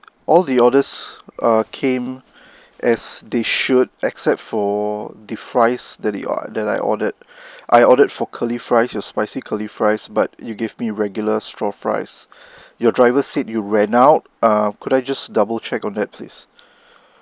all the orders uh came as they should except for the fries that it that I ordered I ordered for curly fries it's spicy curly fries but you give me a regular straw fries your driver said you ran out ah could I just double check on that please